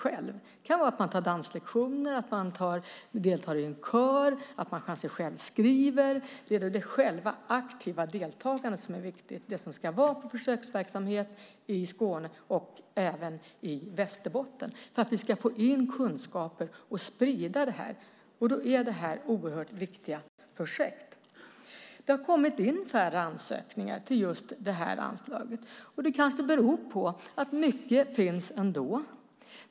Det kan vara att ta danslektioner, att delta i en kör, att man kanske själv skriver. Det är det själva aktiva deltagandet som är viktigt. Det ska vara en försöksverksamhet i Skåne och även i Västerbotten för att vi ska få in kunskaper och sprida det här. Då är detta oerhört viktiga projekt. Det har kommit in färre ansökningar till just det här anslaget, och det kanske beror på att mycket ändå finns.